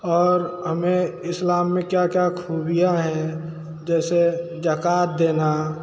और हमें इस्लाम में क्या क्या ख़ूबियां हैं जैसे ज़कात देना